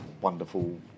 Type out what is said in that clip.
wonderful